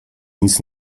nic